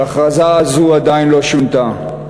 והכרזה זו עדיין לא שונתה.